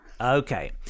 Okay